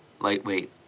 lightweight